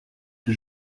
que